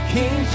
King